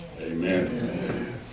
Amen